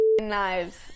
knives